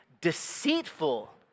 deceitful